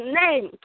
name